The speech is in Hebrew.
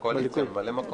מהקואליציה, ממלאי מקום.